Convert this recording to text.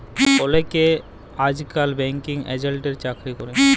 অলেকে আইজকাল ব্যাঙ্কিং এজেল্টের চাকরি ক্যরে